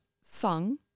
song